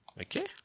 Okay